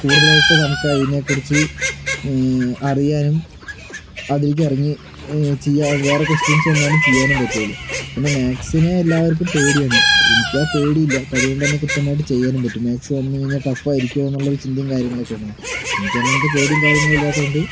കൂടുതലായിട്ട് നമുക്ക് അതിനെ കുറിച്ച് അറിയാനും അതിലേക്ക് ഇറങ്ങി ചെയ്യാൻ വേറെ കൊസ്റ്റിയൻസ് വന്നാലും ചെയ്യാനും പറ്റുള്ളൂ പിന്നെ മാക്സിനെ എല്ലാർക്കും പേടിയാണ് എനിക്ക് ആ പേടിയില്ല അപ്പോൾ അത് കൊണ്ട്തന്നെ കൃത്യമായിട്ട് ചെയ്യാനും പറ്റും മാക്സ് വന്ന് കഴിഞ്ഞാൽ ടഫായിരിക്കോ എന്ന് ചിന്തയും കാര്യങ്ങളൊക്കെ ഉണ്ട് എനിക്ക് അങ്ങനത്തെ പേടിയും കാര്യങ്ങളും ഇല്ലാത്തോണ്ട്